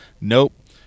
Nope